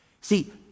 See